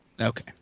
Okay